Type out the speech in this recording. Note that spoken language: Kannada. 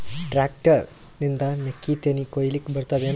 ಟ್ಟ್ರ್ಯಾಕ್ಟರ್ ನಿಂದ ಮೆಕ್ಕಿತೆನಿ ಕೊಯ್ಯಲಿಕ್ ಬರತದೆನ?